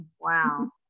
wow